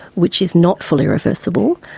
which is not fully reversible,